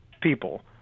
people